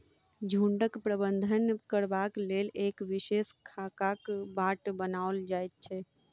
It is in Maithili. झुंडक प्रबंधन करबाक लेल एक विशेष खाकाक बाट बनाओल जाइत छै